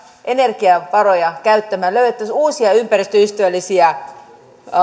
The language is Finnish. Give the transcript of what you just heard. energiavaroja käyttämään löydettäisiin uusia ympäristöystävällisiä